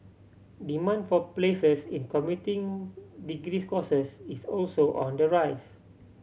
demand for places in computing degrees courses is also on the rise